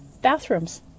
bathrooms